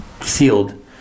Sealed